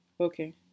Okay